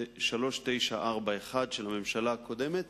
3941 של הממשלה הקודמת,